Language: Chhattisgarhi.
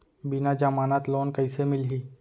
बिना जमानत लोन कइसे मिलही?